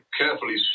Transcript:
carefully